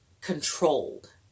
controlled